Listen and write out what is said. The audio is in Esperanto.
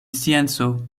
scienco